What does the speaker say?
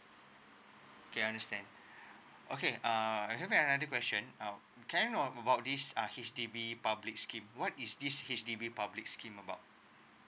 okay understand okay uh let me ask another question uh can I know about these are H_D_B public scheme what is this H_D_B public scheme about